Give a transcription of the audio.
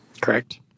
Correct